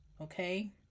Okay